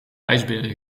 ijsberen